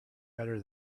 better